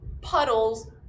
puddles